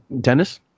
Dennis